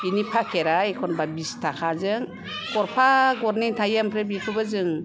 बिनि फाकेटआ एखनबा बिस थाखाजों गरफा गरनै थायो ओमफ्राय बेखौबो जों